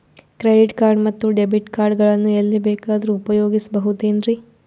Credit card ಮತ್ತು debit card ಗಳನ್ನು ಎಲ್ಲಿ ಬೇಕಾದ್ರು ಉಪಯೋಗಿಸಬಹುದೇನ್ರಿ?